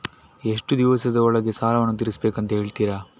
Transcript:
ಎಷ್ಟು ದಿವಸದ ಒಳಗೆ ಸಾಲವನ್ನು ತೀರಿಸ್ಬೇಕು ಅಂತ ಹೇಳ್ತಿರಾ?